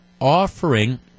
offering